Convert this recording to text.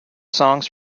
songs